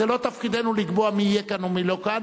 זה לא תפקידנו לקבוע מי יהיה כאן ומי לא כאן.